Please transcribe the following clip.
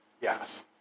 Yes